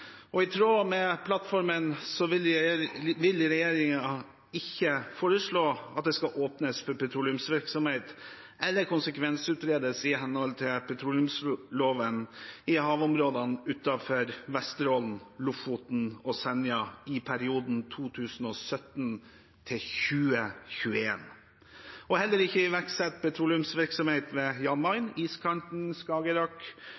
I tråd med plattformen vil regjeringen ikke foreslå at det skal åpnes for petroleumsvirksomhet eller konsekvensutredes i henhold til petroleumsloven i havområdene utenfor Vesterålen, Lofoten og Senja i perioden 2017–2021. Regjeringen vil heller ikke iverksette petroleumsvirksomhet ved